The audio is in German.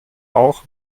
auch